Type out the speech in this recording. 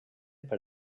per